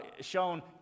shown